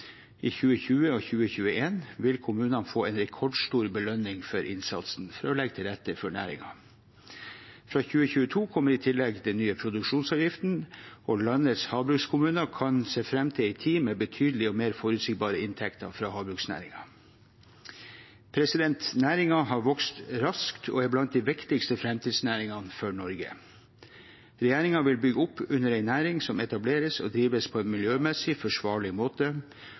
I 2020 og 2021 vil kommunene få en rekordstor belønning for innsatsen med å legge til rette for næringen. Fra 2022 kommer i tillegg den nye produksjonsavgiften, hvor landets havbrukskommuner kan se fram til en tid med betydelige og mer forutsigbare inntekter fra havbruksnæringen. Næringen har vokst raskt og er blant de viktigste framtidsnæringene for Norge. Regjeringen vil bygge opp under en næring som etableres og drives på en miljømessig forsvarlig måte,